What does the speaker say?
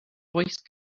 voice